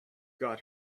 got